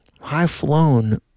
high-flown